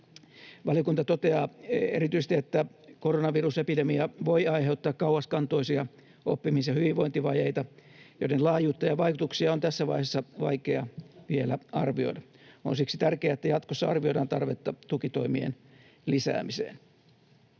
Valiokunta toteaa erityisesti, että koronavirusepidemia voi aiheuttaa kauaskantoisia oppimis- ja hyvinvointivajeita, joiden laajuutta ja vaikutuksia on tässä vaiheessa vaikea vielä arvioida. On siksi tärkeää, että jatkossa arvioidaan tarvetta tukitoimien lisäämiseen.